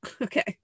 Okay